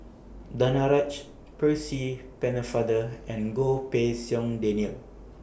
Danaraj Percy Pennefather and Goh Pei Siong Daniel